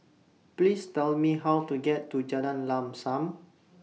Please Tell Me How to get to Jalan Lam SAM